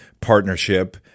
partnership